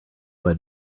but